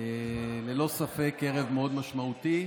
ללא ספק ערב מאוד משמעותי,